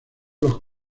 los